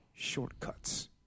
Shortcuts